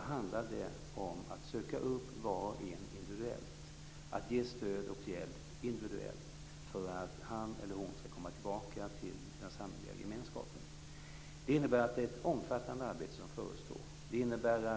handlar det om att söka upp var och en individuellt, att ge stöd och hjälp individuellt för att han eller hon skall komma tillbaka till den samhälleliga gemenskapen. Det innebär att det är ett omfattande arbete som förestår.